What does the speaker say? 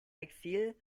exil